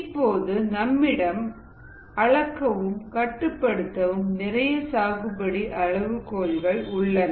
இப்போது நம்மிடம் அளக்கவும் கட்டுப்படுத்தவும் நிறைய சாகுபடி அளவுகோல்கள் உள்ளன